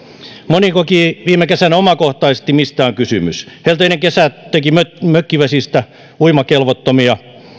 moni koki viime kesänä omakohtaisesti mistä on kysymys helteinen kesä teki mökkivesistä uimakelvottomia